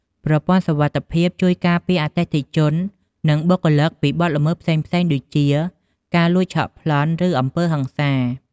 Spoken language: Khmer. ប្រព័ន្ធសុវត្ថិភាពជួយការពារអតិថិជន និងបុគ្គលិកពីបទល្មើសផ្សេងៗដូចជា ការលួចឆក់ ប្លន់ ឬអំពើហិង្សា។